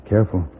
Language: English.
Careful